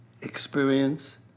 experience